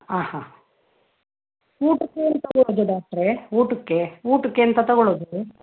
ಹಾಂ ಹಾಂ ಊಟಕ್ಕೇನು ತೊಗೊಳುದು ಡಾಕ್ಟ್ರೇ ಊಟಕ್ಕೆ ಊಟಕ್ಕೆಂತ ತೊಗೊಳುದು